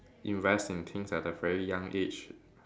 invest in things at a very young age